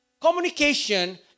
Communication